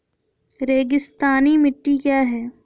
रेगिस्तानी मिट्टी क्या है?